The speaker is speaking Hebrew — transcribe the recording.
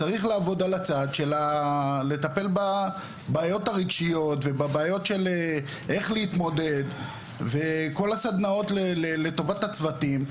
צריך לטפל בבעיות הרגשיות ובדרכי התמודדות של הצוותים,